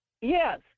Yes